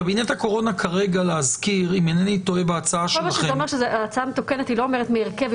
קבינט הקורונה כרגע בהצעה שלכם --- ההצעה המתוקנת לא אומרת מה ההרכב,